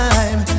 Time